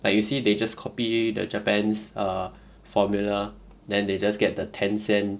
like you see they just copy the japan's err formula then they just get the tencent